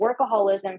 workaholism